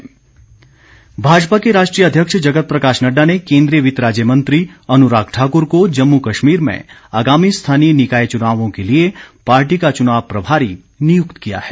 अनुराग ठाकुर भाजपा के राष्ट्रीय अध्यक्ष जगत प्रकाश नड्डा ने केन्द्रीय वित्त राज्य मंत्री अनुराग ठाकुर को जम्मू कश्मीर में आगामी स्थानीय निकाय चुनावों के लिए पार्टी का चुनाव प्रभारी नियुक्त किया है